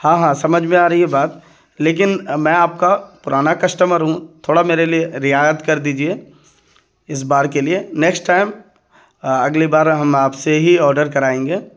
ہاں ہاں سمجھ میں آ رہی ہے بات لیکن میں آپ کا پرانا کسٹمر ہوں تھوڑا میرے لیے رعایت کر دیجیے اس بار کے لیے نیکسٹ ٹائم اگلی بار ہم آپ سے ہی آرڈر کرائیں گے